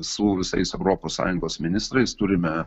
su visais europos sąjungos ministrais turime